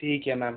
ठीक है मैम